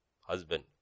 Husband